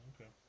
Okay